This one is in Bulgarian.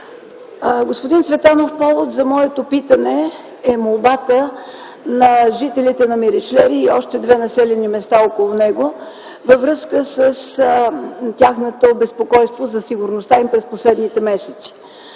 Господин Цветанов, повод за моето питане е молбата на жителите на Меричлери и още две населени места около него във връзка с тяхното безпокойство за сигурността им през последните месеци.